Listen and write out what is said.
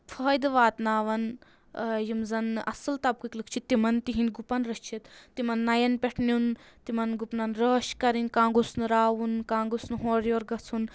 فٲیدٕ واتناوان یِم زَن اَصٕل تَبقٕکۍ لُکھ چھِ تِمَن تِہِنٛدۍ گُپَن رٔچھِتھ تِمَن نین پؠٹھ نیُن تِمَن گُپنن رٲچھ کَرٕنۍ کانٛہہ گوٚژھ نہٕ راوُن کانٛہہ گوٚژھ نہٕ ہورٕ یورٕ گژھُن